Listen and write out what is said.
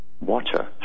water